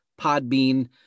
Podbean